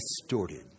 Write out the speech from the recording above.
distorted